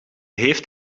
heeft